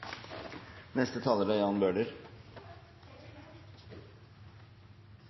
Neste taler er